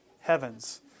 heavens